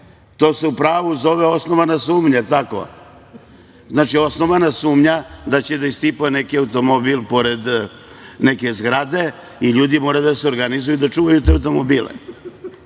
to se u pravu zove osnovana sumnja, znači, osnovana sumnja da će da istipuje neki automobil pored neke zgrade i ljudi moraju da se organizuju da čuvaju te automobile,